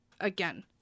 again